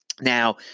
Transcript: Now